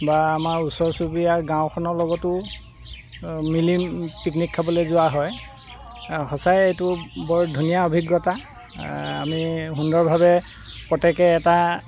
বা আমাৰ ওচৰ চুবুৰীয়া গাঁওখনৰ লগতো মিলি পিকনিক খাবলৈ যোৱা হয় সচাই এইটো বৰ ধুনীয়া অভিজ্ঞতা আ আমি সুন্দৰভাৱে প্ৰত্যেকে এটা